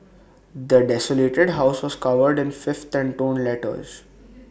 the desolated house was covered in filth and torn letters